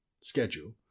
schedule